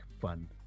fun